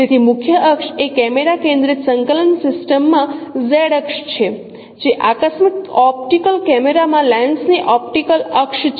તેથી મુખ્ય અક્ષ એ કેમેરા કેન્દ્રિત સંકલન સિસ્ટમ માં Z અક્ષ છે જે આકસ્મિક ઓપ્ટિકલ કેમેરા માં લેન્સ ની ઓપ્ટિકલ અક્ષ છે